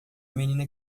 menina